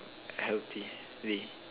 healthily